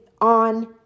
on